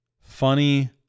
funny